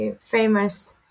famous